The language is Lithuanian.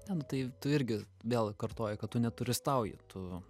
ne nu tai tu irgi vėl kartoji kad tu neturistauji tu